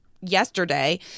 yesterday